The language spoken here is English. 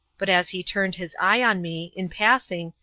but as he turned his eye on me, in passing,